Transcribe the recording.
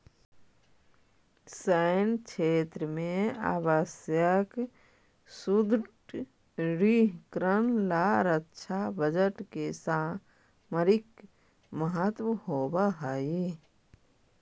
सैन्य क्षेत्र में आवश्यक सुदृढ़ीकरण ला रक्षा बजट के सामरिक महत्व होवऽ हई